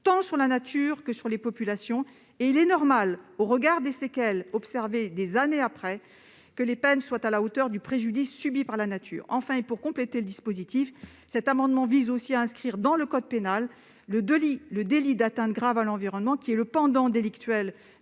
tant sur la nature que sur les populations. Il est normal, au regard des séquelles observées des années après, que les peines soient à la hauteur du préjudice subi par la nature. Enfin, pour compléter le dispositif, cet amendement vise à inscrire dans le code pénal le délit d'atteinte grave à l'environnement, pendant délictuel